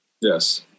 Yes